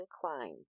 Klein